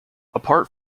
apart